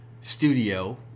studio